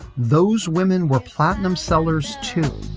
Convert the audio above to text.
those women were platinum sellers, too